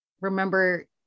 remember